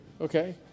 Okay